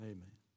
Amen